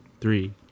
three